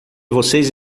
vocês